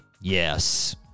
Yes